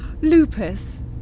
Lupus